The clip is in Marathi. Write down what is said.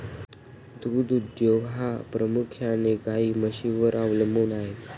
दूध उद्योग हा प्रामुख्याने गाई म्हशींवर अवलंबून आहे